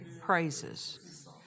praises